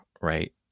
right